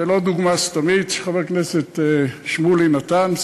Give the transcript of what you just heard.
זו לא דוגמה סתמית שחבר הכנסת שמולי נתן,